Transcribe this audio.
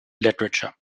literature